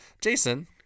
Jason